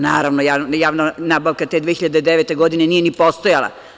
Naravno, javna nabavka te 2009. godine nije ni postojala.